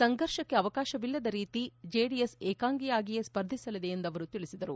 ಸಂಘರ್ಷಕ್ಕೆ ಅವಕಾಶವಿಲ್ಲದ ರೀತಿ ಜೆಡಿಎಸ್ ವಿಕಾಂಗಿಯಾಗಿಯೇ ಸ್ಪರ್ಧಿಸಲಿದೆ ಎಂದು ಅವರು ತಿಳಿಸಿದರು